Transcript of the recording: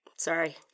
Sorry